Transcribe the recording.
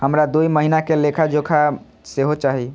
हमरा दूय महीना के लेखा जोखा सेहो चाही